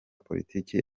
politiki